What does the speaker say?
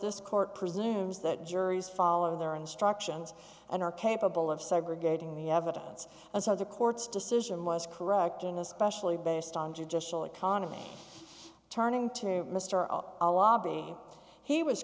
this court presumes that juries follow their instructions and are capable of segregating the evidence and so the court's decision was correct in especially based on just full economy turning to mr